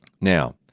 Now